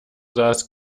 saß